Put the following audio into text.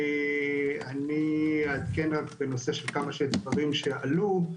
אני אעדכן בנושא של כמה דברים שעלו.